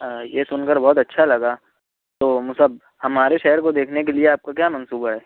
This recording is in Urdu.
آ یہ سُن کر بہت اچھا لگا تو مصعب ہمارے شہر کو دیکھنے کے لیے آپ کو کیا منصوبہ ہے